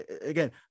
again